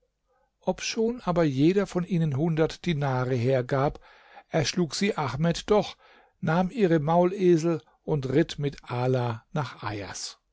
obschon aber jeder von ihnen hundert dinare hergab erschlug sie ahmed doch nahm ihre maulesel und ritt mit ala nach ajas